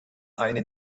eine